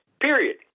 Period